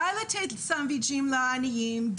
דיי לתת סנדוויצ'ים לעניים,